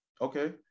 Okay